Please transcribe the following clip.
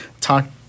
talk